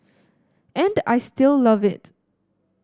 and I still love it